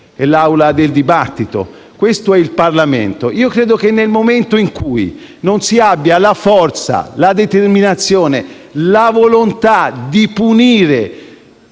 del dibattito. Questo è il Parlamento. Credo che nel momento in cui non si ha la forza, la determinazione, la volontà di punire